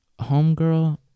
homegirl